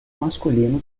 masculino